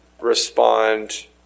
respond